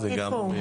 בזום.